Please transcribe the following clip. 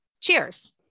Cheers